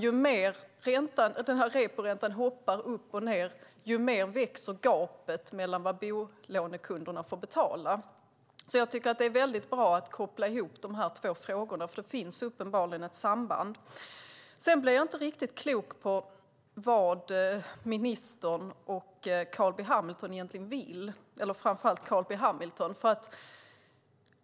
Ju mer reporäntan hoppar upp och ned, desto mer växer gapet till vad bolånekunderna får betala. Det är alltså väldigt bra att koppla ihop dessa båda frågor. Det finns ett tydligt samband. Sedan blev jag inte riktigt klok på vad ministern och framför allt Carl B Hamilton egentligen vill.